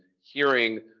hearing